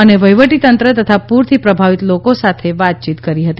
અને વહીવટીતંત્ર તથા પૂરથી પ્રભાવિત લોકો સાથે વાતચીત કરી હતી